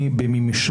מבחינה לשונית,